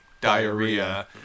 diarrhea